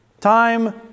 Time